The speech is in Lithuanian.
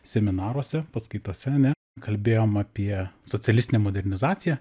seminaruose paskaitose ane kalbėjom apie socialistinę modernizaciją